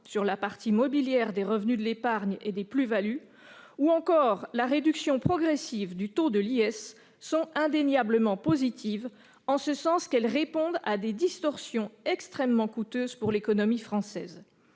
sur la partie mobilière des revenus de l'épargne et des plus-values, ou encore la réduction progressive du taux de l'impôt sur les sociétés (IS), sont indéniablement positives, en ce sens qu'elles répondent à des distorsions extrêmement coûteuses pour l'économie française.